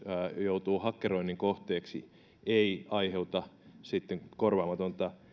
joutuu hakkeroinnin kohteeksi se ei aiheuta sitten korvaamatonta